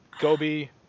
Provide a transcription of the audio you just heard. Gobi